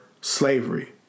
slavery